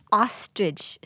ostrich